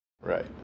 Right